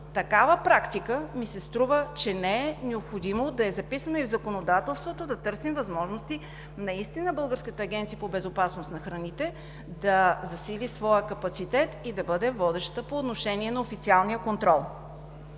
въпрос? Затова ми се струва, че не е необходимо да записваме такава практика и в законодателството да търсим възможности Българската агенция по безопасност на храните да засили своя капацитет и да бъде водеща по отношение на официалния контрол.